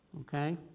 okay